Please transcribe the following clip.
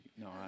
No